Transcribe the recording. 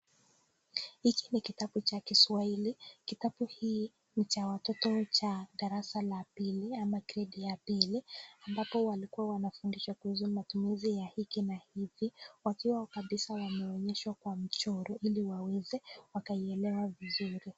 Hiki ni kitabu cha kiswahili kitabu hii ni cha watoto cha darasa la pili ama gredi ya pili, ambapo walikuwa wanafundishwa kuhusu matumishi ya hiki na hivi, wakiwa kabisa wameonyeshwa kwa michoro hili waweze wakaielewa vizuri.